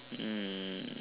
um